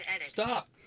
Stop